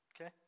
Okay